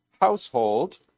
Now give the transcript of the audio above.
household